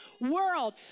world